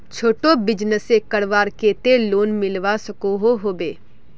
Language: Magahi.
छोटो बिजनेस करवार केते लोन मिलवा सकोहो होबे?